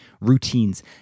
routines